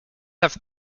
have